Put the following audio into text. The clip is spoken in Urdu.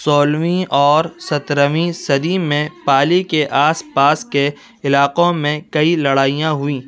سولہویں اور سترہویں صدی میں پالی کے آس پاس کے علاقوں میں کئی لڑائیاں ہوئیں